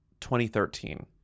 2013